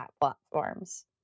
platforms